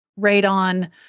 radon